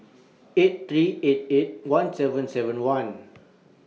eight three eight eight one seven seven one